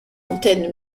antenne